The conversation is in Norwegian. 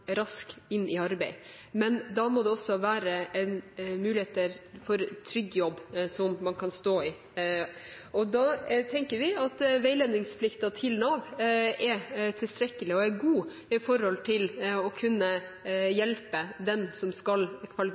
raskt inn i arbeid, men da må det også være muligheter for trygg jobb som man kan stå i. Da tenker vi at veiledningsplikten til Nav er tilstrekkelig og god med tanke å kunne hjelpe den som skal